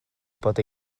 bod